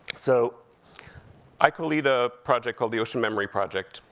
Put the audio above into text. so i colead a project called the ocean memory project,